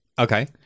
Okay